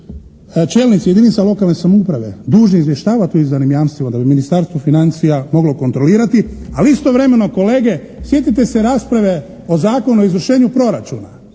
čelnici jedinica lokalne samouprave dužni izvještavati o izdanim jamstvima da bi Ministarstvo financija moglo kontrolirati ali istovremeno kolege sjetite se rasprave o Zakonu o izvršenju proračuna,